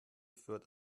führt